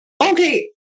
Okay